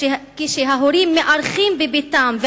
ההורים מארחים בביתם,